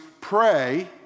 pray